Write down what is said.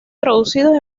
traducidos